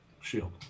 Shield